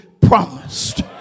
promised